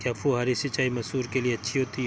क्या फुहारी सिंचाई मसूर के लिए अच्छी होती है?